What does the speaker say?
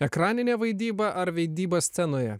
ekraninė vaidyba ar vaidyba scenoje